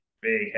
big